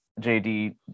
JD